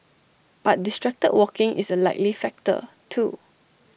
but distracted walking is A likely factor too